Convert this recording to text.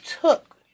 took